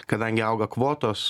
kadangi auga kvotos